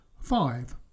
Five